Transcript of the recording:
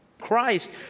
Christ